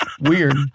Weird